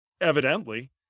evidently